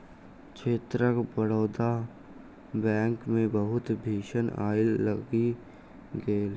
क्षेत्रक बड़ौदा बैंकक मे बहुत भीषण आइग लागि गेल